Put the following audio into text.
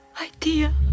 idea